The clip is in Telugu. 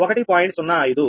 05 1